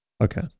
Okay